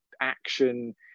action